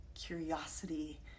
curiosity